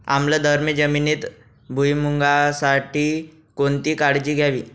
आम्लधर्मी जमिनीत भुईमूगासाठी कोणती काळजी घ्यावी?